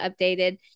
updated